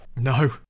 No